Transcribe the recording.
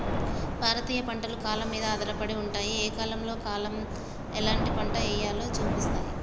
భారతీయ పంటలు కాలం మీద ఆధారపడి ఉంటాయి, ఏ కాలంలో కాలం ఎలాంటి పంట ఎయ్యాలో సూపిస్తాయి